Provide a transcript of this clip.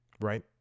Right